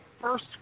first